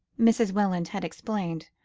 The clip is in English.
mrs. welland had explained,